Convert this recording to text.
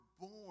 born